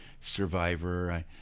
Survivor